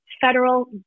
federal